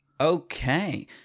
Okay